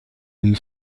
une